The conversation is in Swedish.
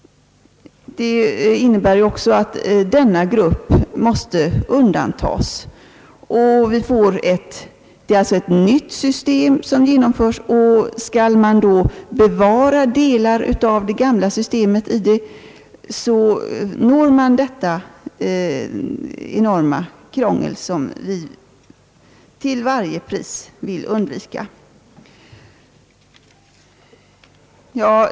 Detta innebär också att denna grupp måste undantas, och när vi då alltså får ett nytt system uppstår frågan om man skall bevara delar av det gamla systemet, varigenom man får det enorma krångel som vi till varje pris vill undvika.